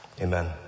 amen